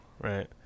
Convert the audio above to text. right